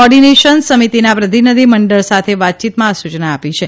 ઓડીનેશન સમિતિના પ્રતિનિધિમંડળની સાથે વાતચીતમાં આ સૂચના આપી છે